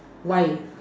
why